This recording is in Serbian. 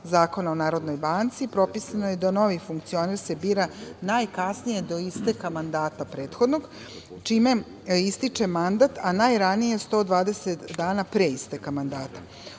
Zakona o Narodnoj banci propisano je da novi funkcioner se bira najkasnije do isteka mandata prethodnog, čime ističe mandat, a najranije 120 dana pre isteka mandata. Odbor